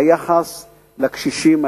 היחס לקשישים,